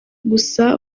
gusa